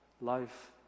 life